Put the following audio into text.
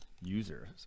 users